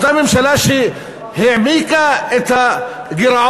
אותה ממשלה שהעמיקה את הגירעון.